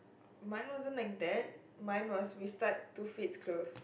mine wasn't like that mine was we start two feet close